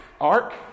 ark